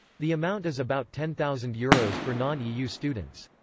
the amount is about ten thousand euros for non-eu students.